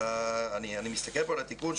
אני מסתכל פה על התיקון,